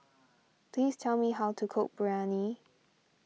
please tell me how to cook Biryani